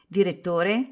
direttore